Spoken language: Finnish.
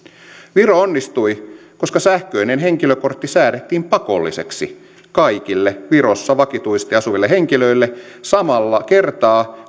viro onnistui koska sähköinen henkilökortti säädettiin pakolliseksi kaikille virossa vakituisesti asuville henkilöille samalla kertaa